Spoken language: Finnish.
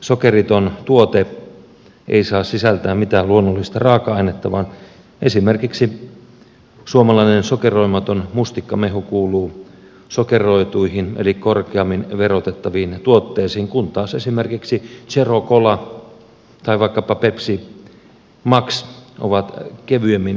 sokeriton tuote ei saa sisältää mitään luonnollista raaka ainetta vaan esimerkiksi suomalainen sokeroimaton mustikkamehu kuuluu sokeroituihin eli korkeammin verotettaviin tuotteisiin kun taas esimerkiksi zero kola tai vaikkapa pepsi max ovat kevyemmin verotettuja tuotteita